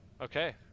okay